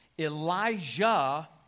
Elijah